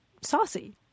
saucy